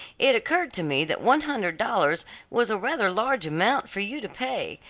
it occurred to me that one hundred dollars was a rather large amount for you to pay,